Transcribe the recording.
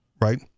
right